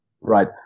right